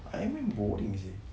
ironman boring seh